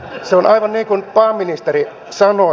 se on aivan niin kuin pääministeri sanoi